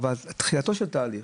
אבל תחילתו של תהליך,